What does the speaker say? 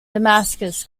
damascus